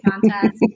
contest